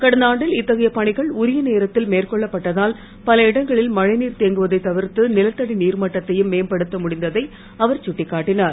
கடந்த ஆண்டில் இத்தகைய பணிகள் உரிய நேரத்தில் மேற்கொள்ளப்பட்டதால் பல இடங்களில் மழைநீர் தேங்குவதை தவிர்த்து நிலத்தடி நீர்மட்டத்தையும் மேம்படுத்த முடிந்ததை அவர் சுட்டிக்காட்டினார்